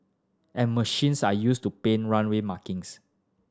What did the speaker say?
and machines are used to paint runway markings